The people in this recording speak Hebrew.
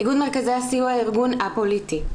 איגוד מרכזי הסיוע הוא ארגון א-פוליטי.